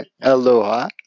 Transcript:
Aloha